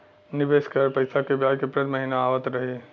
निवेश करल पैसा के ब्याज प्रति महीना आवत रही?